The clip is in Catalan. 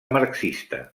marxista